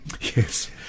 Yes